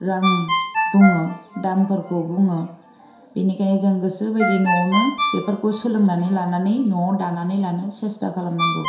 रां बुङो दामफोरखौ बुङो बिनिखायनो जों गोसो बायदि न'वावनो बेफोरखौ सोलोंनानै लानानै न'वाव दानानै लानो सेस्था खालामनांगौ